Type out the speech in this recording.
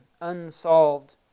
unsolved